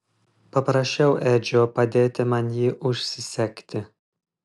paprašiau edžio padėti man jį užsisegti